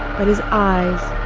but his eyes,